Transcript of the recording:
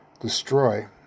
destroy